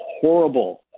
horrible